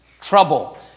trouble